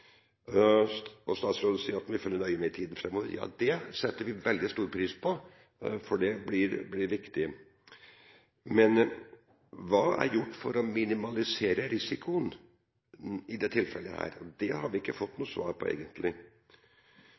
Statsråden sier også at hun vil følge nøye med i tiden framover. Det setter vi veldig stor pris på, for det blir viktig. Men hva er gjort for å minimalisere risikoen i dette tilfellet? Det har vi ikke egentlig fått noe svar på.